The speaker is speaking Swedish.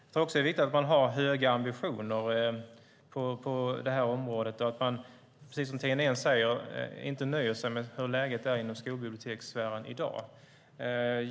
Det är också viktigt att man har höga ambitioner på detta område så att man, precis som Tina Ehn säger, inte nöjer sig med hur läget är inom skolbibliotekssfären i dag.